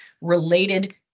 related